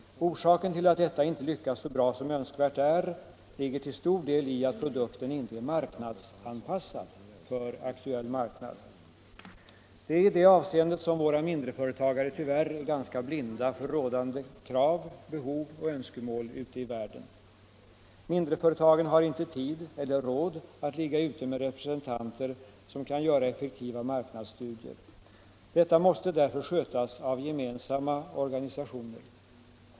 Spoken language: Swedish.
Orsaken till att detta inte lyckas så bra som önskvärt är ligger till stor del i att produkten inte är marknadsanpassad för en aktuell marknad. Det är i det avseendet som våra mindreföretagare tyvärr är ganska blinda för rådande krav, behov och önskemål ute i världen. Mindreföretagen har inte tid eller råd att ligga ute med representanter som kan göra effektiva marknadsstudier. Detta måste därför skötas av gemensamma organisationer.